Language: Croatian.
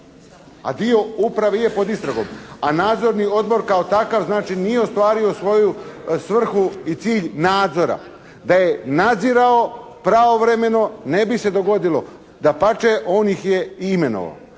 A dio uprave je pod istragom. A nadzorni odbor kao takav znači nije ostvario svoju svrhu i cilj nadzora. Da je nadzirao pravovremeno ne bi se dogodilo. Dapače on ih je i imenovao.